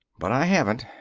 but i haven't.